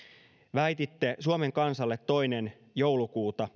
väititte suomen kansalle toinen joulukuuta